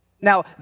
Now